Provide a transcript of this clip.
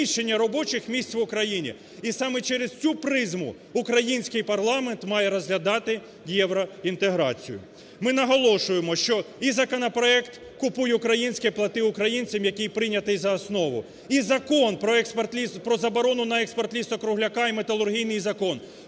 знищення робочих місць в Україні. І саме через цю призму український парламент має розглядати євроінтеграцію. Ми наголошуємо, що і законопроект "Купуй українське, плати українцям", який прийнятий за основу, і закон про заборону на експорт лісу-кругляку і "металургійний закон"